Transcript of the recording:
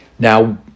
Now